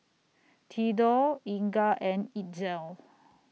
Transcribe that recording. Thedore Inga and Itzel